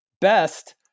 Best